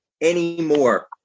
anymore